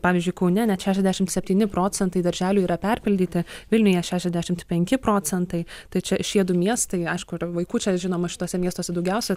pavyzdžiui kaune net šešiasdešim septyni procentai darželių yra perpildyti vilniuje šešiasdešim penki procentai tai čia šie du miestai aišku ir vaikų čia žinoma šituose miestuose daugiausiai